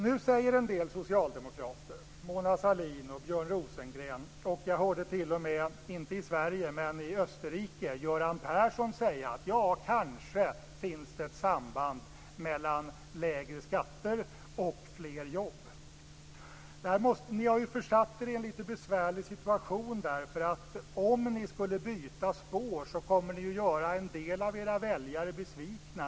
Nu säger en del socialdemokrater - Mona Sahlin, Björn Rosengren och jag hörde t.o.m. Göran Persson, inte i Sverige men i Österrike, göra det - att det kanske finns ett samband mellan lägre skatter och fler jobb. Ni har ju försatt er i en litet besvärlig situation. Om ni skulle byta spår så kommer ni att göra en del av era väljare besvikna.